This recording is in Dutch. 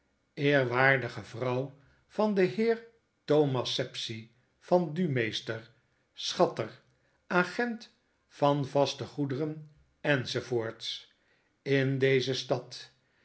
eerwaardige vrouw van den heer thomas sapsea vendumeester schatter agent van vaste goederen enz in deze stad